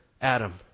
Adam